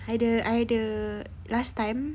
either either last time